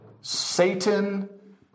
Satan